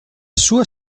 sua